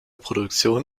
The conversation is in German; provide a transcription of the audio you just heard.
produktion